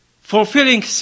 fulfilling